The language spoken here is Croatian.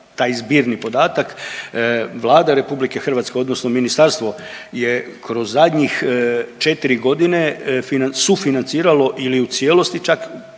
taj zbirni podatak. Vlada RH odnosno ministarstvo je kroz zadnjih četri godine sufinanciralo ili u cijelosti čak